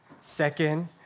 Second